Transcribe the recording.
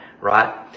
right